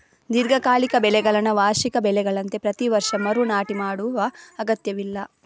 ದೀರ್ಘಕಾಲಿಕ ಬೆಳೆಗಳನ್ನ ವಾರ್ಷಿಕ ಬೆಳೆಗಳಂತೆ ಪ್ರತಿ ವರ್ಷ ಮರು ನಾಟಿ ಮಾಡುವ ಅಗತ್ಯವಿಲ್ಲ